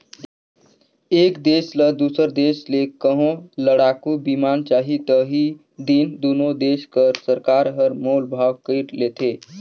एक देस ल दूसर देस ले कहों लड़ाकू बिमान चाही ता ही दिन दुनो देस कर सरकार हर मोल भाव कइर लेथें